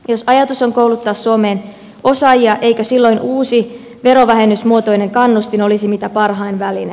jos ajatus on kouluttaa suomeen osaajia eikö silloin uusi verovähennysmuotoinen kannustin olisi mitä parhain väline